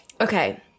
Okay